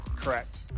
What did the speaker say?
Correct